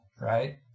Right